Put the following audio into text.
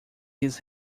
his